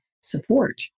support